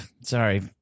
sorry